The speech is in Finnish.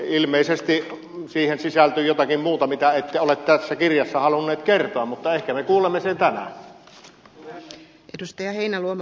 ilmeisesti siihen sisältyy jotakin muuta mitä ette ole tässä kirjassa halunneet kertoa mutta ehkä me kuulemme sen tänään